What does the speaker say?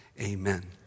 Amen